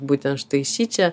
būtent štai šičia